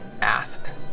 asked